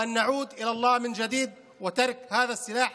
ועלינו לחזור מחדש לדרכו של האל ולעזוב את הנשק הזה,